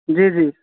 جی جی